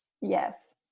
Yes